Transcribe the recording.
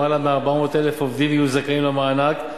למעלה מ-400,000 עובדים יהיו זכאים למענק,